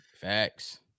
facts